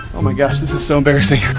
oh my gosh, this is so embarrassing.